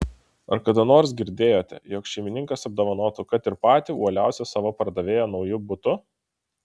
ar kada nors girdėjote jog šeimininkas apdovanotų kad ir patį uoliausią savo pardavėją nauju butu